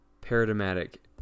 paradigmatic